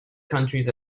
countries